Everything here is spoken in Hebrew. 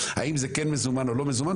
האם זה כן מזומן או לא מזומן,